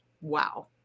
Wow